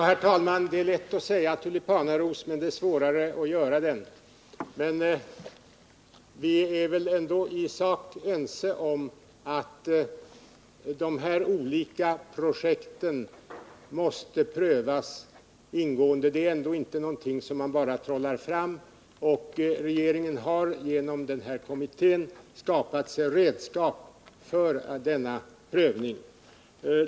Herr talman! Det är lätt att säga tulipanaros, men det är svårare att göra den. Vi är väl i sak ense om att de här olika projekten måste prövas ingående, men det är ändå inte någonting som man bara kan trolla fram. Regeringen har genom den här kommittén skapat redskap för denna prövning.